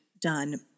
done